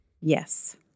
Yes